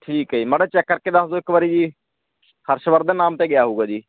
ਠੀਕ ਹੈ ਜੀ ਮਾੜਾ ਚੈੱਕ ਕਰ ਕੇ ਦੱਸ ਦਿਓ ਇੱਕ ਵਾਰੀ ਜੀ ਹਰਸ਼ਵਰਧਨ ਨਾਮ 'ਤੇ ਗਿਆ ਹੋਊਗਾ ਜੀ